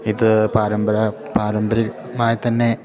ഇത് പാരമ്പരാ പാരമ്പര്യമായിത്തന്നെ